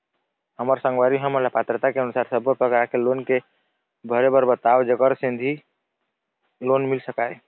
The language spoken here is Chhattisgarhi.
हमर संगवारी हमन ला पात्रता के अनुसार सब्बो प्रकार के लोन के भरे बर बताव जेकर सेंथी लोन मिल सकाए?